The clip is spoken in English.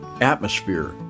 atmosphere